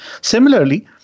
Similarly